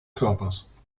körpers